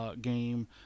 game